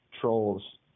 trolls